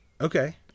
Okay